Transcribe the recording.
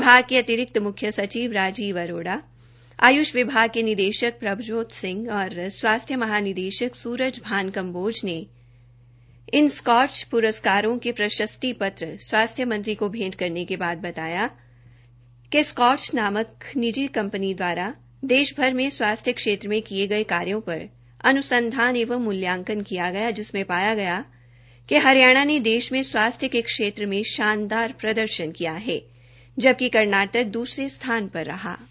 विभाग के अतिरिक्त म्ख्य सचिव राजीव अरोड़ा आय्ष विभाग के निदेशक श्री प्रभजोत सिंह तथा स्वास्थ्य महानिदेशक श्री स्रजभान कम्बोज ने इन स्कॉच प्रस्कारों के प्रशस्ति पत्र स्वास्थ्य मंत्री को भेंट करने के बाद बताया कि स्कॉच नामक निजी संस्था दवारा देशभर में स्वास्थ्य के क्षेत्र में किए गए कार्यो पर अन्संधान एवं मूल्याकन किया गया जिसमें पाया गया कि हरियाणा ने देश में स्वास्थ्य के क्षेत्र में शानदार प्रर्दशन किया है जबकि कर्नाटक दूसरे स्थान पर रहा है